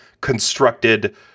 constructed